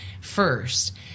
first